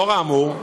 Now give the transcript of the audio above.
לאור האמור,